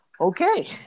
okay